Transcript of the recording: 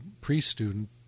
pre-student